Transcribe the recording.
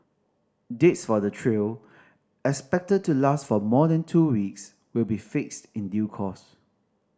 dates for the trial expected to last for more than two weeks will be fixed in due course